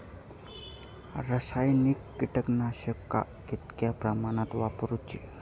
रासायनिक कीटकनाशका कितक्या प्रमाणात वापरूची?